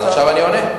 עכשיו אני עונה.